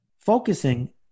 focusing